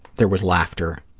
there was laughter,